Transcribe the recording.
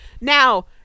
Now